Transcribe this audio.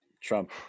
Trump